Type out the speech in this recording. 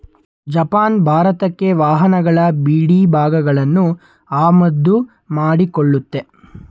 Japan ಭಾರತಕ್ಕೆ ವಾಹನಗಳ ಬಿಡಿಭಾಗಗಳನ್ನು ಆಮದು ಮಾಡಿಕೊಳ್ಳುತ್ತೆ